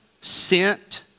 sent